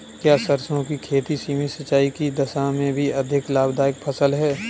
क्या सरसों की खेती सीमित सिंचाई की दशा में भी अधिक लाभदायक फसल है?